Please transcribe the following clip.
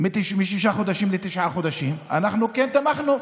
משישה חודשים לתשעה חודשים, אנחנו כן תמכנו.